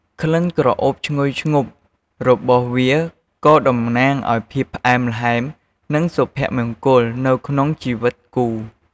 ក្លិនក្រអូបឈ្ងុយឈ្ងប់របស់វាក៏តំណាងឱ្យភាពផ្អែមល្ហែម និងសុភមង្គលនៅក្នុងជីវិតគូ។